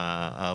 והחוק.